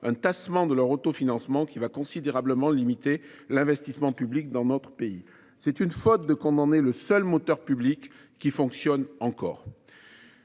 un tassement de leur autofinancement, qui va considérablement limiter l’investissement public dans notre pays. C’est une faute de condamner le seul moteur public qui fonctionne encore.